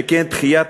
ויכוח,